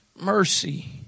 mercy